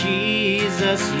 Jesus